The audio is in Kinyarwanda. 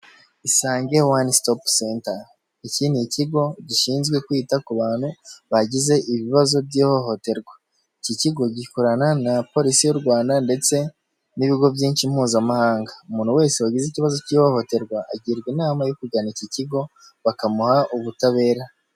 Isange one stop center, iki ni ikigo gishinzwe kwita ku bantu bagize ibibazo by'ihohoterwa, iki kigo gikorana na polisi y'u Rwanda ndetse n'ibigo byinshi mpuzamahanga, umuntu wese wagize ikibazo cy'ihohoterwa agirwa inama yo kugana iki kigo, bakamuha ubutabera.